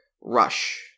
Rush